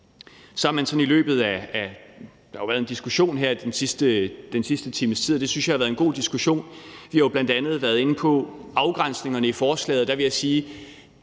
en diskussion her den sidste times tid, og det synes jeg har været en god diskussion, hvor vi jo bl.a. har været inde på afgrænsningerne i forslaget.